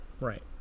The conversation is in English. right